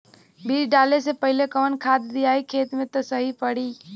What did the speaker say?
बीज डाले से पहिले कवन खाद्य दियायी खेत में त सही पड़ी?